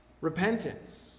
Repentance